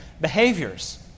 behaviors